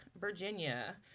virginia